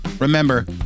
Remember